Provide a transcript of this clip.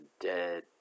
dead